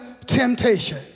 temptation